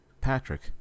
Patrick